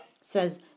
says